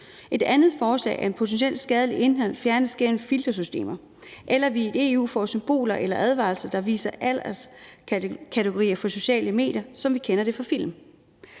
Et andet forslag er, at potentielt skadeligt indhold fjernes gennem filtersystemer, eller at vi i EU får symboler eller advarsler, der viser alderskategorier for sociale medier, som vi kender det fra film.